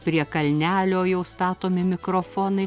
prie kalnelio jo statomi mikrofonai